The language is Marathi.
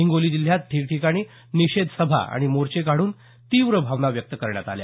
हिंगोली जिल्ह्यात ठिकठिकाणी निषेध सभा आणि मोर्चे काढून तीव्र भावना व्यक्त करण्यात आल्या